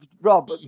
Rob